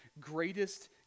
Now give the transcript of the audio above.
greatest